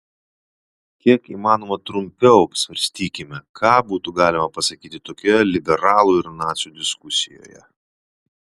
kiek įmanoma trumpiau apsvarstykime ką būtų galima pasakyti tokioje liberalų ir nacių diskusijoje